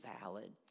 valid